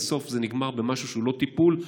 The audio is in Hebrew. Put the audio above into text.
ובסוף זה נגמר במשהו שהוא לא טיפול,